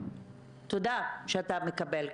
תודה שאתה מקבל.